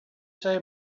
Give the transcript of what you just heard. say